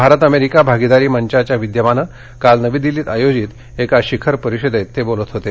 Bharat America भागीदारी मंचाच्या विद्यमाने काल नवी दिल्लीत आयोजित एका शिखर परिषदेत जेटली बोलत होते